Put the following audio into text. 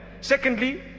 Secondly